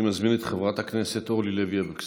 אני מזמין את חברת הכנסת אורלי לוי אבקסיס.